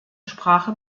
sprache